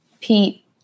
Pete